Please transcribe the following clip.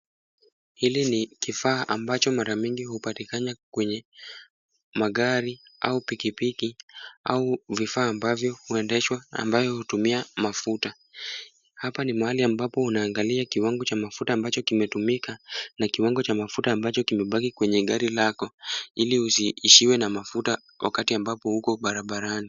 Hili ni kifaa ambacho mara mingi hupatikana kwenye magari au pikipiki, au vifaa ambavyo huendeshwa ambavyo hutumia mafuta. Hapa ni mahali ambapo unaangalia kiwango cha mafuta ambacho kimetumika na kiwango cha mafuta ambacho kimebaki kwenye gari lako. Ili usishiwe na mafuta wakati ambapo uko barabarani.